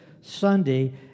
Sunday